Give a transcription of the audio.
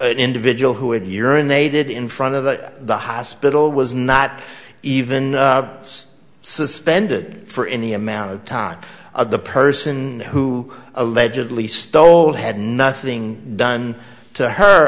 individual who had urinated in front of the hospital was not even suspended for any amount of time of the person who allegedly stole had nothing done to her